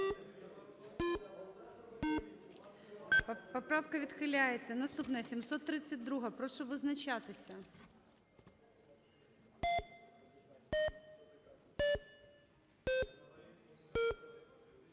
Поправка відхиляється. 747. Прошу визначатися.